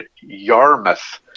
Yarmouth